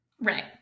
Right